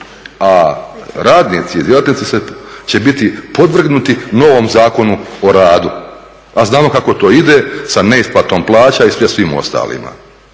A radnici, djelatnici će biti podvrgnuti novom Zakonu o radu, a znamo kako to ide sa neisplatom plaća i svim ostalima.